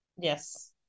Yes